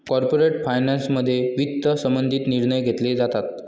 corporate फायनान्समध्ये वित्त संबंधित निर्णय घेतले जातात